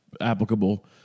applicable